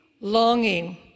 longing